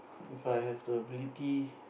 If I have the ability